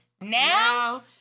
Now